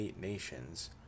nations